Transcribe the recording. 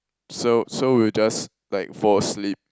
so so we'll just like fall asleep